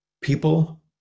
People